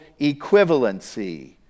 equivalency